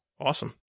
Awesome